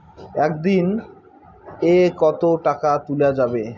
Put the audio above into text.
একদিন এ কতো টাকা তুলা যাবে?